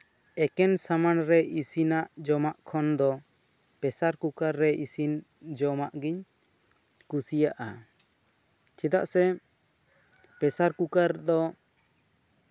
ᱮᱠᱮᱱ ᱥᱟᱢᱟᱱ ᱨᱮ ᱤᱥᱤᱱᱟᱜ ᱡᱚᱢᱟᱜ ᱠᱷᱚᱱ ᱫᱚ ᱯᱮᱥᱟᱨ ᱠᱩᱠᱟᱨ ᱨᱮ ᱤᱥᱤᱱ ᱡᱚᱢᱟᱜ ᱜᱤᱧ ᱠᱩᱥᱤᱭᱟᱜᱼᱟ ᱪᱮᱫᱟᱜ ᱥᱮ ᱯᱮᱥᱟᱨ ᱠᱩᱠᱟᱨ ᱫᱚ